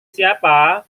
siapa